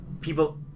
People